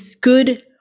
good